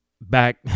back